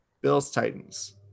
Bills-Titans